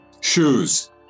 Shoes